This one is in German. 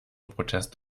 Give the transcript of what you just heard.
protest